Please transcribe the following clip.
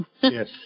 Yes